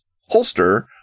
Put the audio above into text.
holster